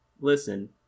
listen